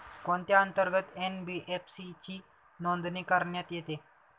कोणत्या अंतर्गत एन.बी.एफ.सी ची नोंदणी करण्यात येते?